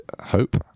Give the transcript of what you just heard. hope